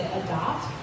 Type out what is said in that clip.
adopt